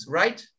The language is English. right